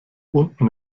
unten